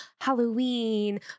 Halloween